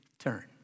turn